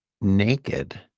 naked